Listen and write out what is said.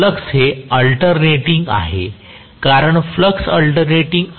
flux हे alternating आहे कारण फ्लक्स अल्टरनेटिंग आहे